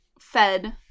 fed